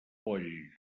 poll